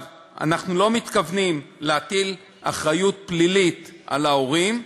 אנחנו לא מתכוונים להטיל אחריות פלילית על ההורים,